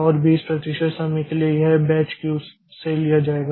और 20 प्रतिशत समय के लिए यह बैच क्यू से लिया जाएगा